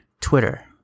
Twitter